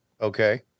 Okay